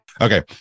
okay